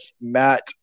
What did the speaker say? Matt